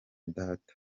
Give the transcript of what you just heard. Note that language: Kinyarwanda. data